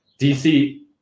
DC